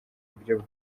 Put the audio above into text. buryo